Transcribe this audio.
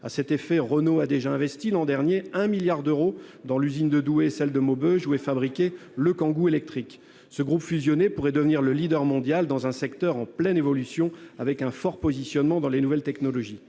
À cet effet, Renault a déjà investi l'an dernier un milliard d'euros dans les usines de Douai et de Maubeuge, où est fabriquée la Kangoo électrique. Le groupe fusionné pourrait devenir le leader mondial dans un secteur en pleine évolution, avec un fort positionnement dans les nouvelles technologies.